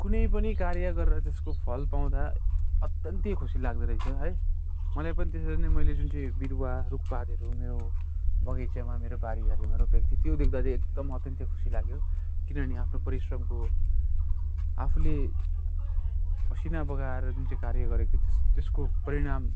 कुनै पनि कार्य गरेर त्यसको फल पाउँदा अत्यन्तै खुसी लाग्दो रहेछ है मलाई पनि त्यसरी नै मैले जुन चाहिँ बिरुवा रुख पातहरू मेरो बगैँचामा मेरो बारीहरूमा रोपेको त्यो देखी एकदम अत्यन्तै खुसी लाग्यो किनभने आफ्नो परिश्रमको आफूले पसिना बगाएर जुन चाहिँ कार्य गरेको थिएँ त्यसको परिणाम